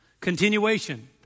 Continuation